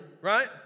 right